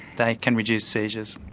they can reduce seizures.